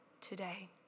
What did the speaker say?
today